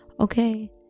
okay